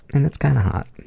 and it's kind of hot.